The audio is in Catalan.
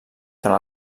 tant